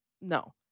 No